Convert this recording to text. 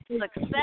success